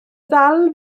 ddal